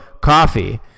COFFEE